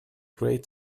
great